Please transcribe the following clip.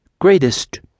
greatest